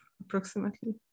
approximately